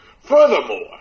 Furthermore